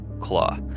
Claw